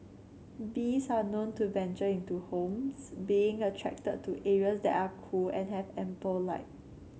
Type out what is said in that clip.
bees are known to venture into homes being attracted to areas that are cool and have ample light